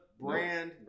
brand